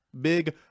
big